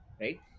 right